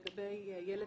לגבי ילד